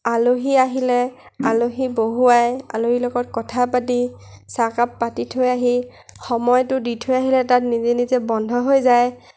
আলহী আহিলে আলহী বহোৱাই আলহীৰ লগত কথা পাতি চাহ কাপ পাতি থৈ আহি সময়টো দি থৈ আহিলে তাত নিজে নিজে বন্ধ হৈ যায়